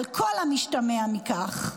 על כל המשתמע מכך.